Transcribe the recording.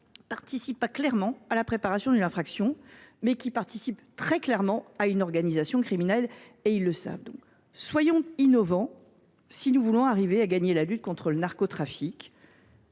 qui ne participent pas clairement à la préparation d’une infraction, mais qui participent très clairement à une organisation criminelle, et qui le savent. Soyons innovants si nous voulons gagner la lutte contre le narcotrafic.